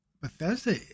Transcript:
Bethesda